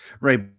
Right